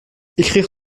écrire